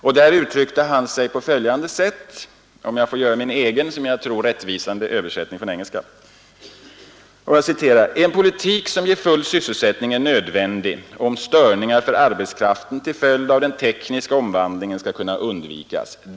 I den uttryckte han sig på följande sätt, om jag får göra min egen, som jag tror rättvisande översättning från ”En politik som ger full sysselsättning är nödvändig om störningar för arbetskraften till följd av den tekniska omvandlingen skall kunna undvikas.